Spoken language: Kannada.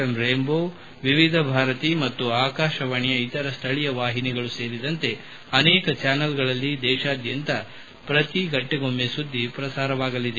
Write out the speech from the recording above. M rainbow Vividh Bharati ಮತ್ತು ಆಕಾಶವಾಣಿಯ ಇತರ ಸ್ವಳೀಯ ಚಾನೆಲ್ಗಳು ಸೇರಿದಂತೆ ವಿವಿಧ ಚಾನೆಲ್ಗಳಲ್ಲಿ ದೇಶಾದ್ದಂತ ಪ್ರತಿ ಗಂಟೆಗೆ ಸುದ್ಗಿ ಪ್ರಸಾರ ಲಭ್ಯವಾಗಲಿದೆ